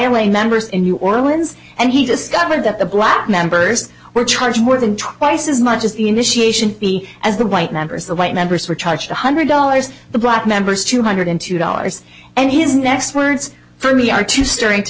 only members in new orleans and he discovered that the black members were charged more than twice as much as the initiation fee as the white members the white members were charged one hundred dollars the black members two hundred two dollars and his next words for me are two staring to